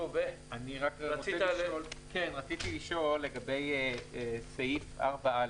רציתי לשאול לגבי סעיף 4א,